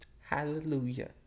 Hallelujah